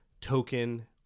token